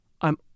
I'm